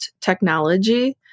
technology